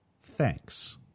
Thanks